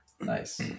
Nice